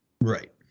right